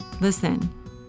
Listen